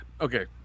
okay